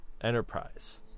Enterprise